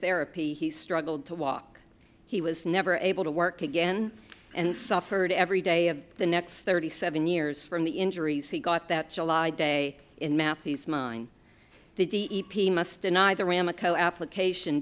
therapy he struggled to walk he was never able to work again and suffered every day of the next thirty seven years from the injuries he got that july day in math he's mine the e p a must deny the ram a co application